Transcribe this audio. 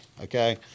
Okay